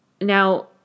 Now